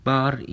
Bar